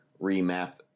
remap